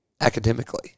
academically